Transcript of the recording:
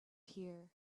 here